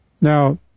Now